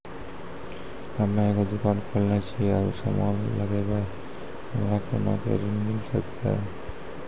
हम्मे एगो दुकान खोलने छी और समान लगैबै हमरा कोना के ऋण मिल सकत?